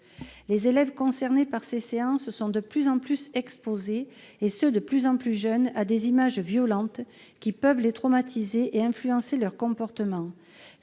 Les élèves concernés par ces séances sont de plus en plus exposés, et ce de plus en plus jeunes, à des images violentes qui peuvent les traumatiser et influencer leur comportement.